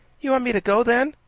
you want me to go, then?